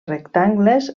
rectangles